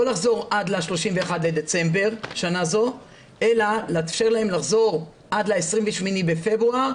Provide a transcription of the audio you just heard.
לא לחזור עד ה-31 בדצמבר שנה זו אלא לאפשר להם לחזור עד ה-28 בפברואר,